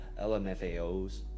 LMFAOs